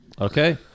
Okay